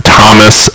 Thomas